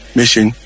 mission